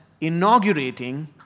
inaugurating